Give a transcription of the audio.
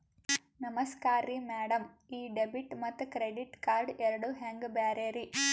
ನಮಸ್ಕಾರ್ರಿ ಮ್ಯಾಡಂ ಈ ಡೆಬಿಟ ಮತ್ತ ಕ್ರೆಡಿಟ್ ಕಾರ್ಡ್ ಎರಡೂ ಹೆಂಗ ಬ್ಯಾರೆ ರಿ?